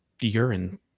urine